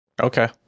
okay